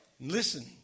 Listen